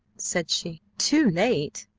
said she. too late?